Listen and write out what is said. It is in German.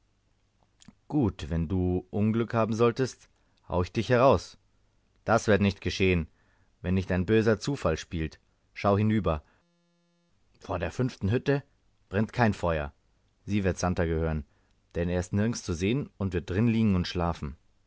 gut und wenn du unglück haben solltest haue ich dich heraus das wird nicht geschehen wenn nicht ein böser zufall spielt schau hinüber vor der fünften hütte brennt kein feuer sie wird santer gehören denn er ist nirgends zu sehen und wird drinliegen und schlafen